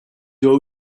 doit